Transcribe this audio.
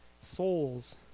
souls